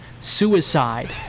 suicide